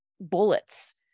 bullets